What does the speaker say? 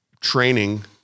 training